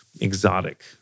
exotic